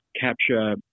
capture